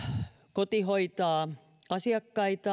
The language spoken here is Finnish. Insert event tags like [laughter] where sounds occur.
kotihoitaa asiakkaita [unintelligible]